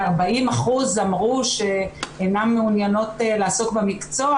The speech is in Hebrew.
ו-40% אמרו שאינן מעוניינות לעסוק במקצוע,